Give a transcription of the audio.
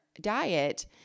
diet